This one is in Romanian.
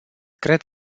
cred